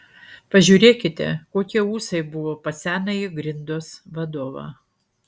pažiūrėkite kokie ūsai buvo pas senąjį grindos vadovą